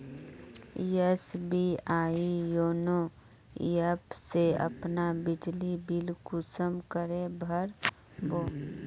SBI YONO app से अपना बिजली बिल कुंसम करे भर बो?